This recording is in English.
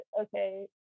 okay